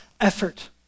effort